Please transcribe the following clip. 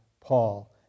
Paul